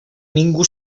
ningú